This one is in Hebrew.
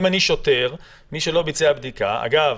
אם אני שוטר, מי שלא ביצע בדיקה אגב,